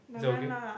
is that okay